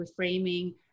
reframing